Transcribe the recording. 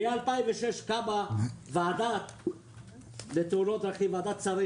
ב-2006 קמה ועדת שרים לתאונות דרכים.